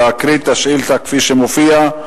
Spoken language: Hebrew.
לקרוא את השאילתא כפי שמופיעה.